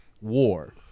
war